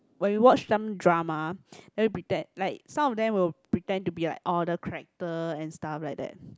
when you watch them drama then you prepared like some of them will pretend to be like order character and stuff like that